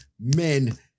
men